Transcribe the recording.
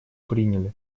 приняли